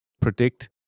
predict